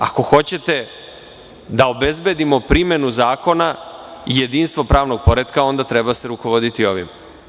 Ako hoćete da obezbedimo primenu zakona i jedinstvo pravnog poretka, onda se treba rukovoditi ovim.